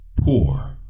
Poor